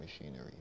Machinery